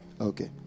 Okay